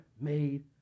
made